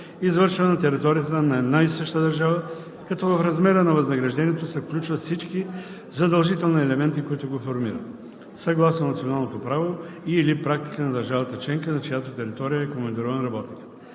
извършвана на територията на една и съща държава, като в размера на възнаграждението се включват всички задължителни елементи, които го формират, съгласно националното право и/или практика на държавата членка, на чиято територия е командирован работникът;